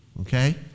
okay